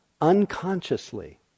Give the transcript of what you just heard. unconsciously